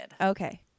Okay